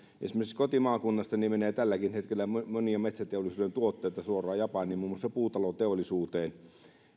esimerkiksi kotimaakunnastani menee tälläkin hetkellä monia metsäteollisuuden tuotteita suoraan japaniin muun muassa puutaloteollisuuteen